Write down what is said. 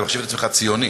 אתה מחשיב עצמך ציוני,